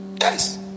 Yes